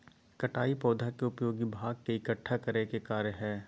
कटाई पौधा के उपयोगी भाग के इकट्ठा करय के कार्य हइ